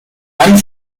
and